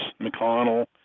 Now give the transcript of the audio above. McConnell